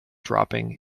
dropping